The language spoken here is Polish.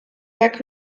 jak